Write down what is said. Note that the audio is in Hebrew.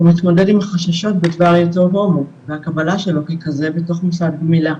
הוא מתמודד עם חששות בדבר היותו הומו והקבלה שלו ככזה בתוך מוסד גמילה.